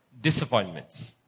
disappointments